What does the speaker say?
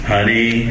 Honey